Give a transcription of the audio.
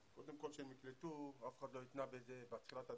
קודם כל כשהם נקלטו אף אחד לא התנה בתחילת הדרך,